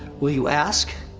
will you ask?